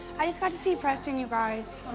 i just got to see preston, you guys.